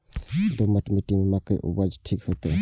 दोमट मिट्टी में मक्के उपज ठीक होते?